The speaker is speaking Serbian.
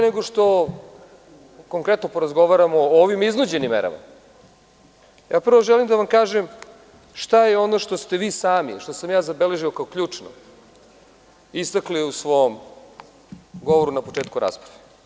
Pre nego što konkretno porazgovaramo o ovim iznuđenim merama, ja prvo želim da vam kažem, šta je ono što ste vi sami i što sam ja zabeležio kao ključno, istakli u svom govoru na početku rasprave.